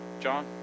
John